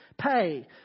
pay